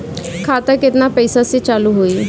खाता केतना पैसा से चालु होई?